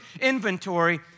inventory